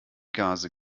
gase